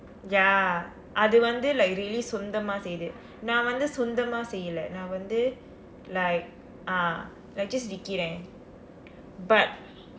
ya அது வந்து:athu vanthu like really சொந்தம்மா செய்து நான் வந்து சொந்தம்மா செய்யலா நான் வந்து:sonthammaa seythu naan vanthu sonthammaa seyyalaa naan vanthu like ah like just விற்கிறேன்:virkiraen but